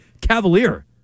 cavalier